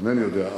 אינני יודע,